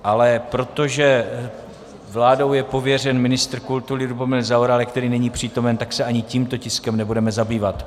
Ale protože vládou je pověřen ministr kultury Lubomír Zaorálek, který není přítomen, tak se ani tímto tiskem nebudeme zabývat.